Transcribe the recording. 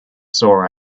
sore